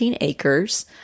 acres